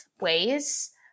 ways